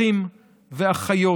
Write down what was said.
אחים ואחיות